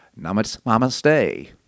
Namaste